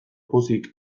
pozik